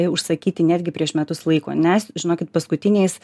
užsakyti netgi prieš metus laiko nes žinokit paskutiniais